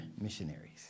missionaries